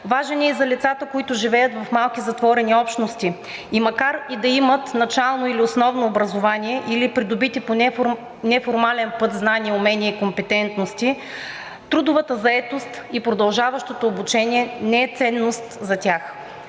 Важен е и за лицата, които живеят в малки затворени общности и макар да имат начално или основно образование или придобити по неформален път знания, умения и компетентности, трудовата заетост и продължаващото обучение не е ценност за тях.